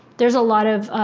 there's a lot of,